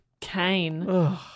Kane